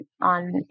on